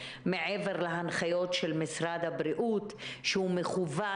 מעבר להנחיות של משרד הבריאות שהוא מכוון